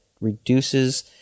reduces